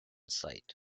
site